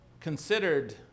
considered